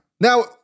Now